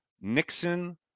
Nixon